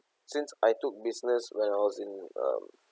since I took business when I was in um